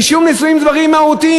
רישום נישואין זה דברים מהותיים,